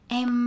em